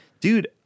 Dude